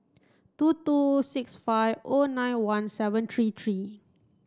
two two six five O nine one seven three three